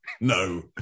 No